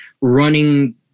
running